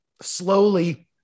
slowly